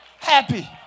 happy